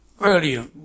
earlier